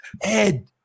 Ed